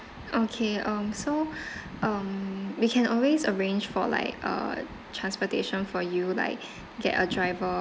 okay um so um we can always arrange for like a transportation for you like get a driver